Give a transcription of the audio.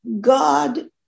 God